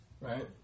right